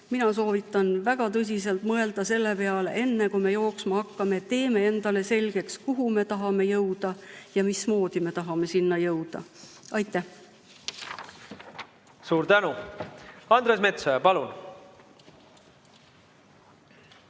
Mina soovitan väga tõsiselt mõelda selle peale: enne kui me jooksma hakkame, teeme endale selgeks, kuhu me tahame jõuda ja mismoodi me tahame sinna jõuda. Aitäh! Suur tänu! Andres Metsoja, palun!